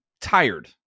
tired